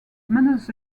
manners